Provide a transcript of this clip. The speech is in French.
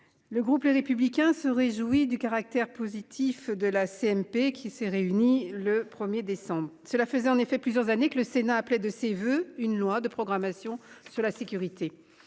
Le groupe Les Républicains se réjouit du caractère positif de la CMP qui s'est réuni le 1er décembre. Cela faisait en effet plusieurs années que le Sénat a appelé de ses voeux une loi de programmation sur la sécurité.